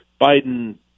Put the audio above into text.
Biden